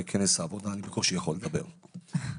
החוק